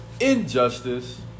Injustice